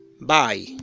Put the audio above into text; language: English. Bye